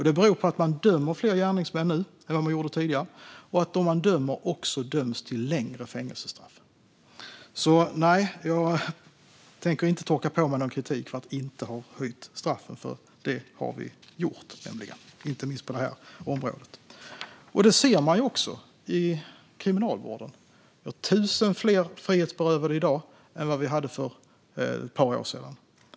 Det beror på att man dömer fler gärningsmän nu än man gjorde tidigare och att man dömer dem till längre fängelsestraff. Nej, jag tänker inte torka på mig någon kritik för att inte ha höjt straffen, för det har vi gjort - inte minst på det här området. Det ser man också i kriminalvården. Vi har 1 000 fler frihetsberövade i dag än vi hade för ett par år sedan.